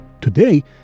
Today